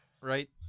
Right